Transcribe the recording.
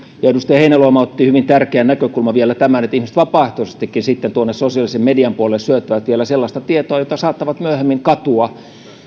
edustaja heinäluoma otti hyvin tärkeän näkökulman vielä tämän että ihmiset vapaaehtoisestikin sosiaalisen median puolelle syöttävät sellaista tietoa jota saattavat myöhemmin katua